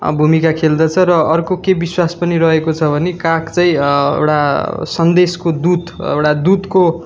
भूमिका खेल्दछ र अर्को के विश्वास पनि रहेको छ भने काग चाहिँ एउटा सन्देशको दूत एउटा दूतको